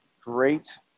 Great